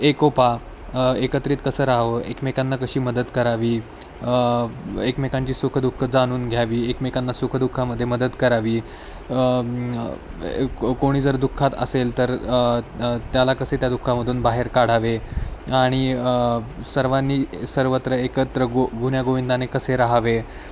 एकोपा एकत्रित कसं राहावं एकमेकांना कशी मदत करावी एकमेकांची सुख दुःख जाणून घ्यावी एकमेकांना सुखदुःखामध्ये मदत करावी कोणी जर दुःखात असेल तर त्याला कसे त्या दुःखामधून बाहेर काढावे आणि सर्वांनी सर्वत्र एकत्र गु गुण्यागोविंदाने कसे राहावे